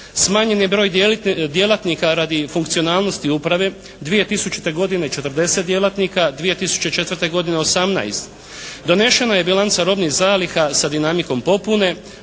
Smanjen je broj djelatnika radi funkcionalnosti uprave, 2000. godine 40 djelatnika, 2004. godine 18. Donešena je bilanca robnih zalih sa dinamikom popune,